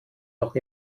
noch